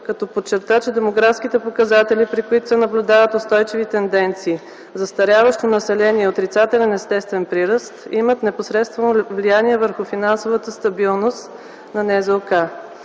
като подчерта, че демографските показатели, при които се наблюдават устойчиви тенденции – застаряващо население и отрицателен естествен прираст, имат непосредствено влияние върху финансовата стабилност на НЗОК.